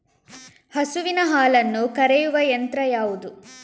ಹಸುವಿನ ಹಾಲನ್ನು ಕರೆಯುವ ಯಂತ್ರ ಯಾವುದು?